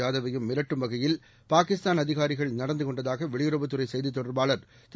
ஜாதவ்வையும் மிரட்டும் வகையில் பாகிஸ்தான் அதிகாரிகள் நடந்துகொண்டதாகவெளியுறவுத் துறைசெய்தித் தொடர்பாளர் திரு